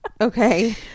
okay